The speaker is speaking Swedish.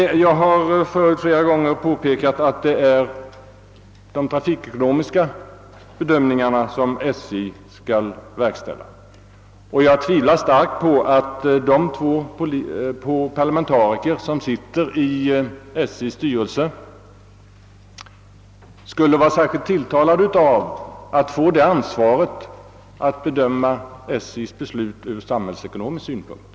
Vid flera tidigare tilifällen har jag påpekat att SJ skall göra trafikekonomiska bedömningar. Jag tvivlar starkt på att de två parlamentariker som sitter i SJ:s styrelse skulle vara särskilt tilltalade av att få ansvaret att bedöma SJ:s beslut ur samhällsekonomisk synpunkt.